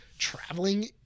traveling